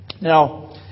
Now